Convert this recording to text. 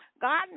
God